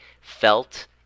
felt